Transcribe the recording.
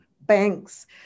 banks